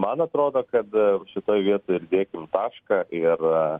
man atrodo kad šitoj vietoj ir dėkim tašką ir